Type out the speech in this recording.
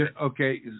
Okay